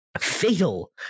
fatal